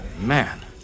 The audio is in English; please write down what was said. man